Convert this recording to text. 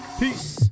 peace